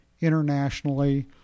internationally